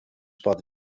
pot